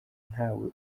ntawe